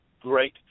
great